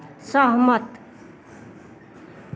सहमत